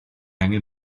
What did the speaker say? angen